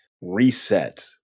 reset